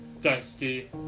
Dusty